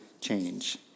change